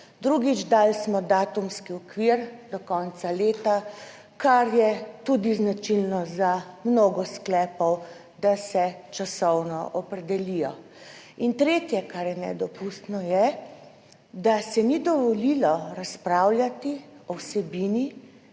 Drugič, dali smo datumski okvir do konca leta, kar je tudi značilno za mnogo sklepov, da se časovno opredelijo. In tretje, kar je nedopustno, je, da se ni dovolilo razpravljati o vsebini,